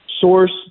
source